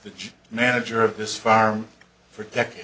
the manager of this farm for decades